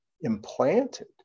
implanted